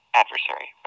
adversary